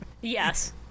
Yes